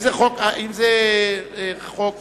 זאת לא הוראת שעה?